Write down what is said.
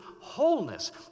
wholeness